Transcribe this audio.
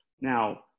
Now